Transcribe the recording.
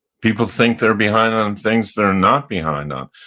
people think they're behind on things they're not behind on.